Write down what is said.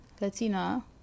Latina